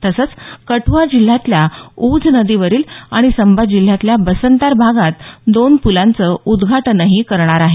तसंच कठुआ जिल्ह्यातल्या उझ नदीवरील आणि संबा जिल्ह्यातल्या बसंतार भागात दोन पुलांच उद्घाटन करणार आहेत